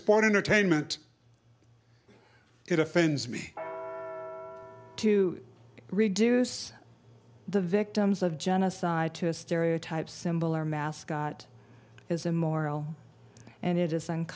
sport entertainment it offends me to reduce the victims of genocide to stereotypes symbol our mascot is immoral and it is